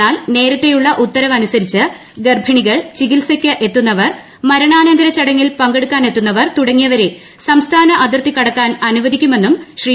എന്നാൽ നേരത്തെയുള്ള ഉത്തരവ് അനുസരിച്ച് ഗർഭിണികൾ ചികിത്സക്ക് എത്തുന്നവർ മരണാനന്തരചടങ്ങിൽ പങ്കെടുക്കാനെത്തുന്നവർ തുടങ്ങിയവരെ സംസ്ഥാന അതിർത്തി കടക്കാൻ അനുവദിക്കുമെന്നും ശ്രീ